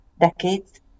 decades